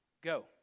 go